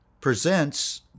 presents